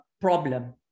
problem